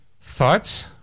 Thoughts